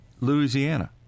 Louisiana